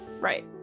Right